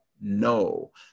No